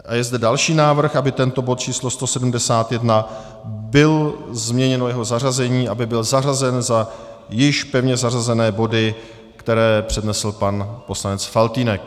A je zde další návrh, aby u bodu číslo 171 bylo změněno jeho zařazení a byl zařazen za pevně zařazené body, které přednesl pan poslanec Faltýnek.